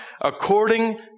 according